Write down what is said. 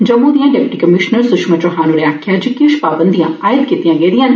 जम्मू दियां deputy commissioner Sushma Chauhan होरें आक्खेआ ऐ जे किश पाबंदिआ आयत कीतियां गेदियां न